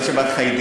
שגם,